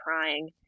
crying